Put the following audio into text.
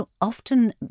Often